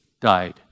died